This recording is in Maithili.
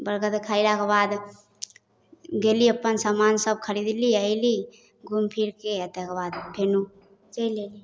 बरगर खैलाके बाद गेली अपन समान सब खरीदली आ अयली घूम फिरके तेकर बाद फेरो चलि अयली